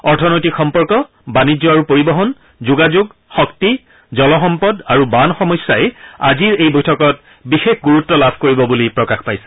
অৰ্থনৈতিক সম্পৰ্ক বাণিজ্য আৰু পৰিবহন যোগাযোগ শক্তি জলসম্পদ আৰু বান সমস্যাই আজিৰ এই বৈঠকত বিশেষ গুৰুত্ব লাভ কৰিব বুলি প্ৰকাশ পাইছে